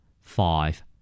Five